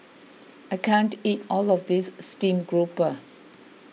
I can't eat all of this Steamed Garoupa